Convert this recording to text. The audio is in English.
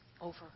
over